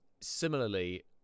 similarly